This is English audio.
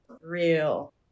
real